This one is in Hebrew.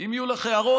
אם יהיו לך הערות,